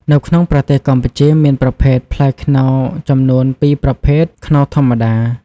នៅក្នុងប្រទេសកម្ពុជាមានប្រភេទផ្លែខ្នុរចំនួន ពីរប្រភេទ ខ្នុរធម្មតា ។